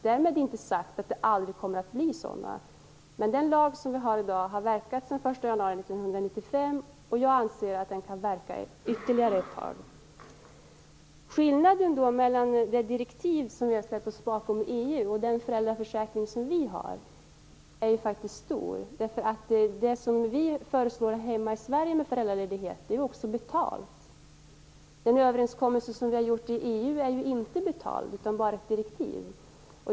Därmed inte sagt att det aldrig kommer att bli sådana, men den lag vi har i dag har verkat sedan den 1 januari 1995 och jag anser att den kan verka ytterligare ett tag. Skillnaden mellan det direktiv vi har ställt oss bakom i EU och den föräldraförsäkring vi har är faktiskt stor. Det vi föreslår när det gäller föräldraledighet här hemma i Sverige är också betalt. Den överenskommelse vi har gjort i EU är inte betald utan bara ett direktiv.